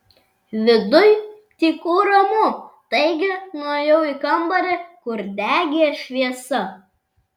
viduj tyku ramu taigi nuėjau į kambarį kur degė šviesa